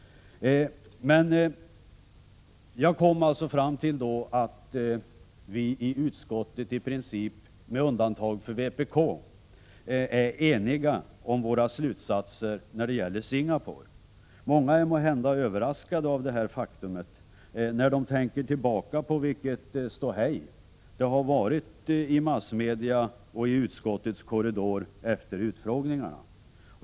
Jag hade alltså kommit fram till att vi i utskottet i princip — med undantag för vpk — är eniga om slutsatserna när det gäller Singapore. Många är måhända överraskade av detta faktum när de tänker tillbaka på vilket ståhej det varit i massmedia och i utskottets korridor efter utfrågningarna.